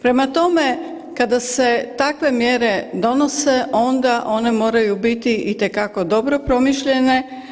Prema tome, kada se takve mjere donose onda one moraju biti itekako dobro promišljene.